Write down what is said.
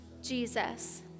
Jesus